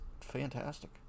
fantastic